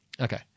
Okay